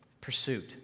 pursuit